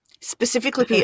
specifically